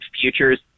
futures